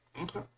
okay